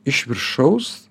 iš viršaus